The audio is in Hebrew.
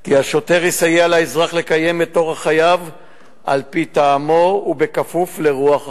כי השוטר יסייע לאזרח לקיים את אורח חייו על-פי טעמו בכפוף לרוח החוק.